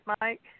Mike